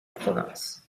provinces